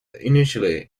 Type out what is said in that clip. initially